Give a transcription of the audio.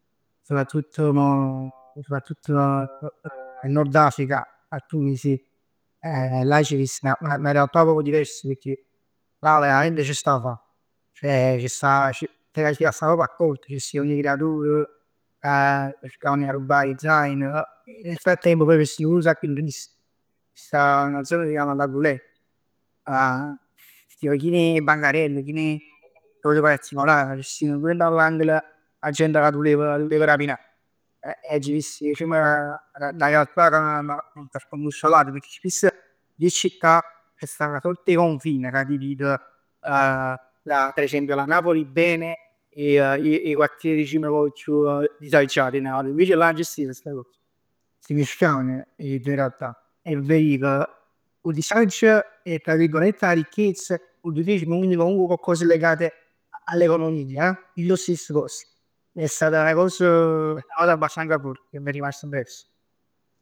Soprattutt mo, soprattutt in Nord Africa, a Tunisi. Là agg vist, ma è 'na realtà proprio divers, pecchè là verament c' sta 'a famm. Ceh c' sta, ceh t' 'a stà proprj accort. Ce stevn 'e creatur ca cercavan 'e arrobbà 'e zain. Nel frattempo poj. C' sta 'na zona ca s' chiamm la Roulette, stev chin 'e bancarell, chin 'e cose particolari. C' stev pur l'angolo cu 'a gente ca t' putev rapinà. E agg vist dicimm 'na realtà scombussolata, pecchè spiss dint 'e città esiste 'na sorta 'e confine ca divide per esempio la Napoli bene e e 'e quartieri dicimm nu poc chiù disagiati. Invece là nun c' stev sta cos. Si mischiavn ste due realtà. E veriv 'o disagio e tra virgolette 'a ricchezz, comunque coccos legate all'economia dint 'o stesso post. È stata 'na cosa abbastanza forte e m'è rimasta impress.